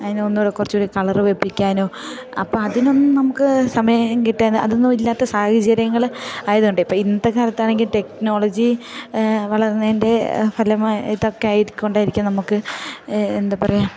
അതിനൊന്നു കൂടി കുറച്ചു കൂടി കളർ വെപ്പിക്കാനോ അപ്പം അതിനൊന്നും നമുക്ക് സമയം കിട്ടിയാൽ അതൊന്നും ഇല്ലാത്ത സാഹചര്യങ്ങൾ ആയതു കൊണ്ട് ഇപ്പം ഇന്നത്തെ കാലത്താണെങ്കിൽ ടെക്നോളജി വളർന്നതിൻ്റെ ഫലമായിട്ടൊക്കെ ആയത് കൊണ്ടായിരിക്കും നമുക്ക് എന്താ പറയുക